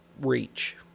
reach